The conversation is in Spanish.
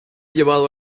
llevado